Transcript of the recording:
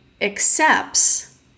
accepts